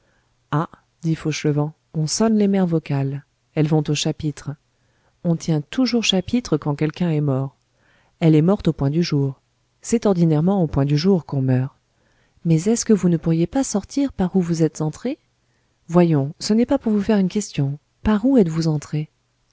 ah dit fauchelevent on sonne les mères vocales elles vont au chapitre on tient toujours chapitre quand quelqu'un est mort elle est morte au point du jour c'est ordinairement au point du jour qu'on meurt mais est-ce que vous ne pourriez pas sortir par où vous êtes entré voyons ce n'est pas pour vous faire une question par où êtes-vous entré